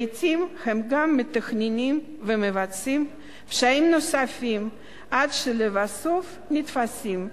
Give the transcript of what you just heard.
לעתים הם גם מתכננים ומבצעים פשעים נוספים עד שלבסוף הם נתפסים,